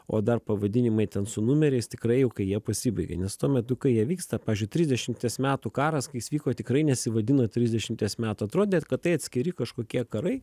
o dar pavadinimai ten su numeriais tikrai juk jie pasibaigia nes tuo metu kai jie vyksta pavyzdžiui trisdešimties metų karas kai jis vyko tikrai nesivadino trisdešimties metų atrodė kad tai atskiri kažkokie karai